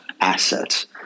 assets